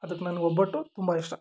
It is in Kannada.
ಅದಕ್ಕೆ ನನ್ಗೆ ಒಬ್ಬಟ್ಟು ತುಂಬ ಇಷ್ಟ